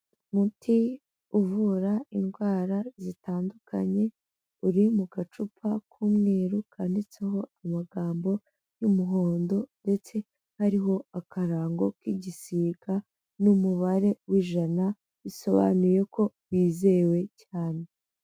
Umuti uvura indwara zitandukanye, uri mu gacupa k'umweru kanditseho amagambo y'umuhondo ndetse hariho akarango k'igisiga, n'umubare w'ijana, bisobanuye ko wizewe cyane.